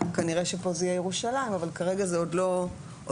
כנראה שפה זה יהיה ירושלים אבל כרגע זה עוד לא ידוע.